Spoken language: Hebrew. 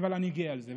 אבל אני גאה על זה.